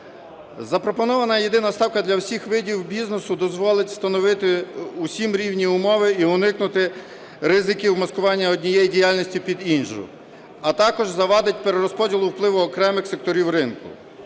Запропонована єдина ставка для всіх видів бізнесу дозволить встановити всім рівні умови і уникнути ризиків маскування однієї діяльності під іншу, а також завадить перерозподілу впливу окремих секторів ринку.